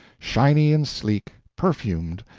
shiny and sleek, perfumed,